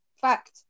Fact